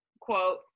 quote